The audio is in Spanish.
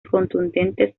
contundentes